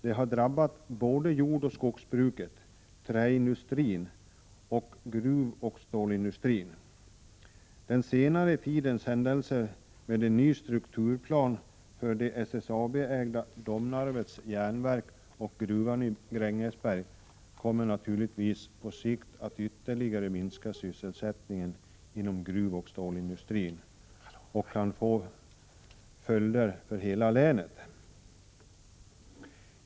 Den har drabbat både jordoch skogsbruket, träindustrin och gruvoch stålindustrin. Den senaste tidens händelser med en ny strukturplan för SSAB-ägda Domnarvets Jernverk och gruvan i Grängesberg kommer naturligtvis på sikt att ytterligare minska sysselsättningen inom gruvoch stålindustin och kan få följder för hela länet.